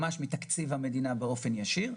כלומר הן יוצאות מתקציב המדינה באופן ישיר,